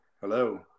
hello